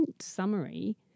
summary